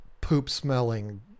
poop-smelling